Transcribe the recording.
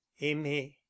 aimer